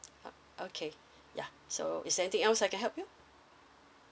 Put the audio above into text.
uh okay yeah so is anything else I can help you